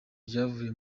ryavuye